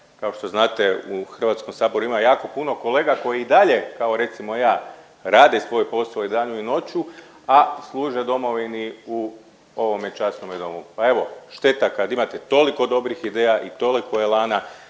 Kao što znate u HS-u ima jako puno kolega koji i dalje kao recimo ja rade svoj posao i danju i noću, a služe domovini u ovome časnome domu. Pa evo šteta kad imate toliko dobrih ideja i toliko elana